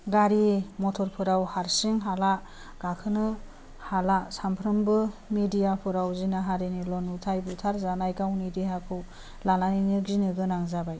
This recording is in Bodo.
गारि मटरफोराव हारसिं हाला गाखोनो हाला सानफ्रामबो मेडिया फ्राव जिनाहारिनिल' नुथाय बुथारजानाय गावनि देहाखौ लानानैनो गिनो गोनां जाबाय